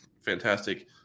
fantastic